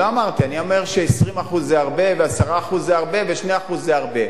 אמרתי ש-20% זה הרבה ו-10% זה הרבה ו-2% זה הרבה.